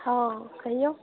हॅं कहियौ